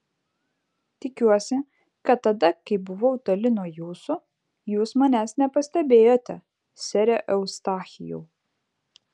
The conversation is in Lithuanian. tikiuosi kad tada kai buvau toli nuo jūsų jūs manęs nepastebėjote sere eustachijau